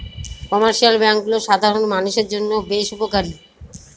commercial ব্যাঙ্কগুলো সাধারণ মানষের জন্য বেশ উপকারী